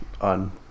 On